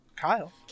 kyle